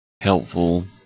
helpful